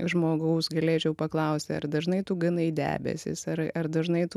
žmogaus galėčiau paklausti ar dažnai tu ganai debesis ar ar dažnai tu